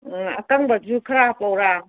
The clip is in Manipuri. ꯑꯀꯛꯕꯁꯨ ꯈꯔ ꯍꯥꯞꯄꯛꯎꯔ